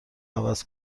عوض